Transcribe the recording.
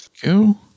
go